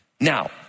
Now